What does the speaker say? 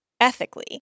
ethically